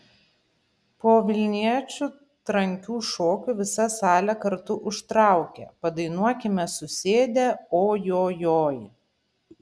po vilniečių trankių šokių visa salė kartu užtraukė padainuokime susėdę o jo joj